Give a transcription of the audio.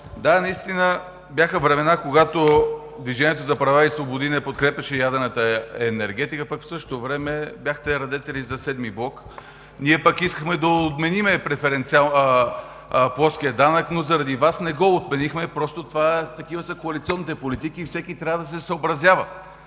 да, наистина бяха времена, когато „Движението за права и свободи“ не подкрепяше ядрената енергетика, пък в същото време бяхте радетели за VІІ блок. Ние пък искахме да отменим плоския данък, но заради Вас не го отменихме – просто такива са коалиционните политики и всеки трябва да се съобразява.